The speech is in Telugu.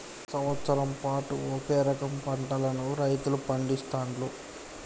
సంవత్సరం పాటు ఒకే రకం పంటలను రైతులు పండిస్తాండ్లు